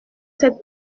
cette